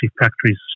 factories